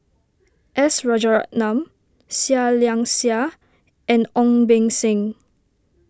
S Rajaratnam Seah Liang Seah and Ong Beng Seng